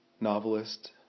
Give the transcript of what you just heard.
novelist